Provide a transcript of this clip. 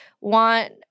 want